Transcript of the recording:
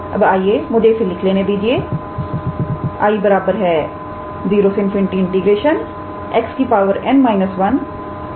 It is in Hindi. अब आइए मुझे इसे लिख लेने दीजिए 𝐼 0∞ 𝑥 𝑛−1𝑒 −𝑥𝑑𝑥